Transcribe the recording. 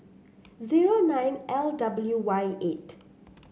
zero nine L W Y eight